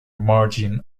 margin